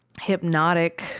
hypnotic